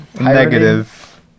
Negative